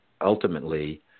ultimately